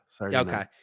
Okay